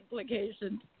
implications